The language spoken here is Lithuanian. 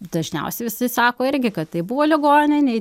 dažniausiai visi sako irgi kad tai buvo ligoninėj